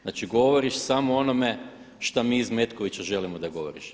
Znači govoriš samo o onome šta mi iz Metkovića želimo da govoriš.